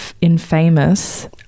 infamous